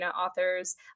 authors